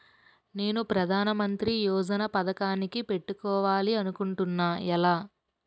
నేను ప్రధానమంత్రి యోజన పథకానికి పెట్టుకోవాలి అనుకుంటున్నా ఎలా?